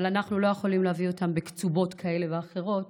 אבל אנחנו לא יכולים להביא אותם בקצובות כאלה ואחרות.